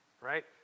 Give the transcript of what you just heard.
right